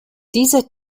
dieser